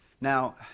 Now